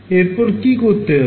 এরপর কি করতে হবে